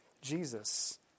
Jesus